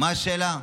מה השאלה,